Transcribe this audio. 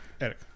Eric